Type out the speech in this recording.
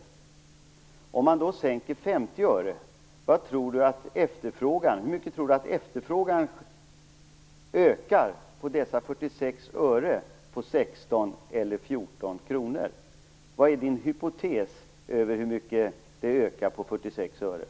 Får jag då fråga Peter Weibull Bernström: Om man sänker priset med 50 öre, hur mycket tror han att efterfrågan då ökar på dessa 44 öre på 14 eller 16 kr? Vad har han för hypotes om detta?